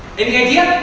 any idea?